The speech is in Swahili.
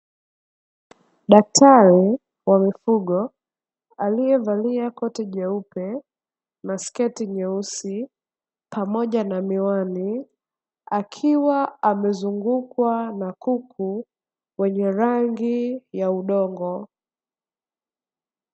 Daktari wa mifugo aliyevalia koti jeupe, na sketi nyeusi pamoja na miwani, akiwa amezungukwa na kuku wenye rangi ya udongo.